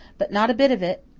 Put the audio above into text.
but not a bit of it.